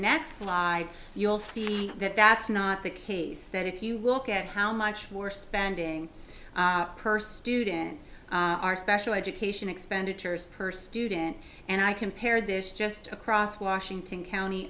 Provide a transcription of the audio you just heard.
next slide you'll see that that's not the case that if you look at how much we're spending per student our special education expenditures per student and i compare this just across washington county